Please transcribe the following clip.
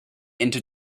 into